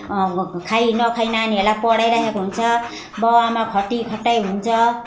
खाई नखाई नानीहरूलाई पढाइराखेको हुन्छ बाउ आमा खटिखटाइ हुन्छ